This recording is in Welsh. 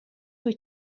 wyt